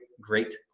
great